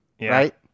Right